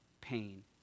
pain